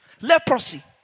Leprosy